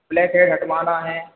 blackhead हटवाना है